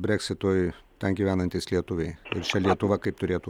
breksitui ten gyvenantys lietuviai čia lietuva kaip turėtų